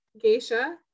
Geisha